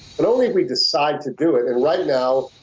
but only if we decide to do it. and right now,